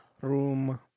room